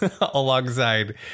alongside